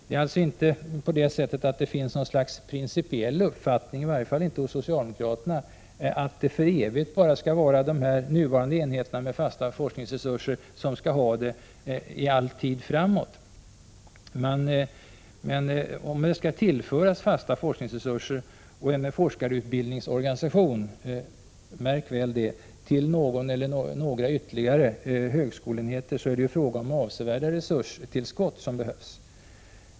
Det finns inte någon principiell uppfattning — i varje fall inte hos socialdemokraterna — att det är just de nuvarande enheterna som skall ha fasta forskningsresurser. Men om det skall tillföras fasta forskningsresurser, och även forskarutbildningsorganisation, till någon eller några ytterligare högskoleenheter blir det fråga om avsevärda resurstillskott.